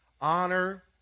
Honor